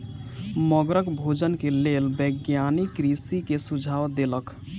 मगरक भोजन के लेल वैज्ञानिक कृषक के सुझाव देलक